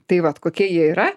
tai vat kokie jie yra